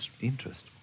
interest